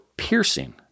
piercing